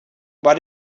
why